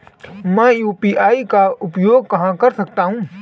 मैं यू.पी.आई का उपयोग कहां कर सकता हूं?